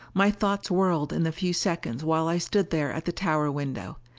my thoughts whirled in the few seconds while i stood there at the tower window.